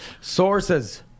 Sources